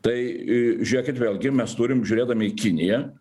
tai žiūrėkit vėlgi mes turim žiūrėdami į kiniją